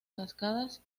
cascadas